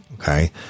okay